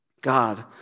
God